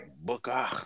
Booker